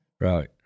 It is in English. Right